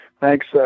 Thanks